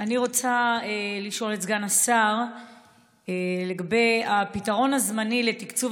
אני רוצה לשאול את סגן השר לגבי הפתרון הזמני לתקצוב